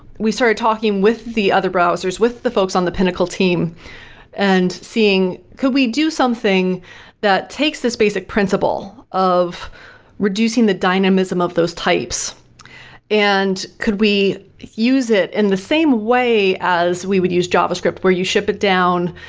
we started talking with the other browsers, with the folks on the pinnacle team and seeing, could we do something that takes this basic principle of reducing the dynamism of those types and could we use it in the same way as we would use java script where you ship it down,